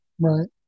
Right